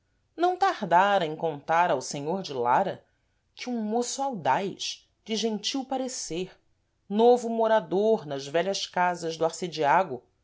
não tardara em contar ao senhor de lara que um môço audaz de gentil parecer novo morador nas vélhas casas do arcediago